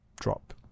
drop